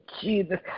Jesus